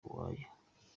uwoya